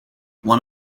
one